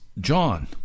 John